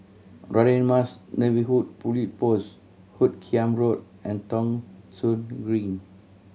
Radin Mas Neighbourhood Police Post Hoot Kiam Road and Thong Soon Green